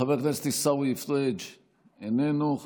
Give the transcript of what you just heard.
חבר הכנסת עיסאווי פריג' איננו.